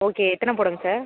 okay எத்தனை போடங்க sir